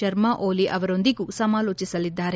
ಶರ್ಮ ಓಲಿ ಅವರೊಂದಿಗೂ ಸಮಾಲೋಚಿಸಲಿದ್ದಾರೆ